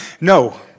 No